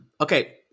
Okay